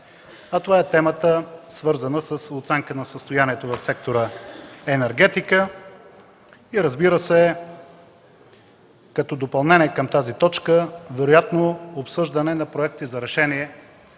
а това е темата, свързана с оценка на състоянието в сектор „Енергетика” и, разбира се, като допълнение към тази точка вероятно обсъждане на проекти за решение,